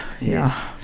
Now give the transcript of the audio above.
yes